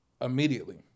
immediately